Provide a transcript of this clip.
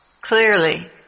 clearly